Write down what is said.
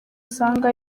usanga